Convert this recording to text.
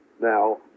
now